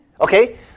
okay